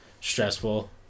stressful